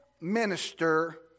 minister